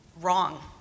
wrong